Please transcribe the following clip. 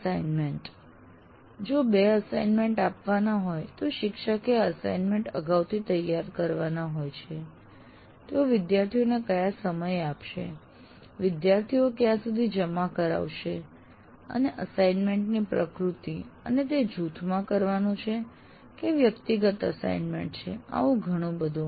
assignment જો 2 assignment આપવાના હોય તો શિક્ષકે આ એસાઈનમેન્ટ અગાઉથી તૈયાર કરવાના હોય છે તેઓ વિદ્યાર્થીઓને કયા સમયે આપશે વિદ્યાર્થીઓ ક્યાં સુધી જમા કરાવશે અને એસાઈનમેન્ટ ની પ્રકૃતિ અને તે જૂથમાં કરવાનું છે કે વ્યક્તિગત એસાઈનમેન્ટ છે આવું ઘણું બધું